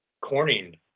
corning